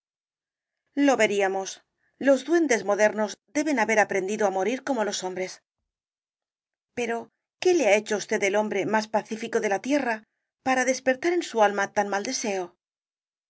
lo veríamos los duendes modernos deben haber aprendido á morir como los hombres pero qué le ha hecho á usted el hombre más pacífico de la tierra para despertar en su alma tan mal deseo